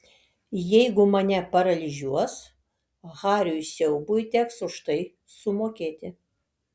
jeigu mane paralyžiuos hariui siaubui teks už tai sumokėti